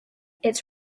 its